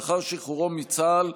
לאחר שחרורו מצה"ל,